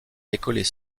décoller